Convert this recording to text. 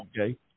okay